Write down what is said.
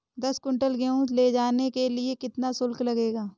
दस कुंटल गेहूँ ले जाने के लिए कितना शुल्क लगेगा?